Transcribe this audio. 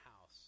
house